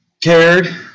cared